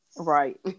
Right